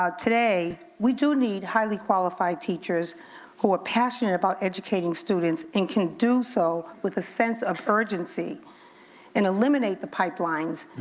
today we do need highly qualified teachers who are passionate about educating students and can do so with a sense of urgency and eliminate the pipelines.